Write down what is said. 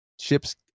ships